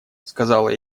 сказала